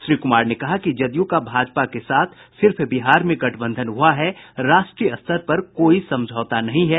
श्री कुमार ने कहा कि जदयू का भाजपा के साथ सिर्फ बिहार में गठबंधन हुआ है राष्ट्रीय स्तर पर कोई समझौता नहीं है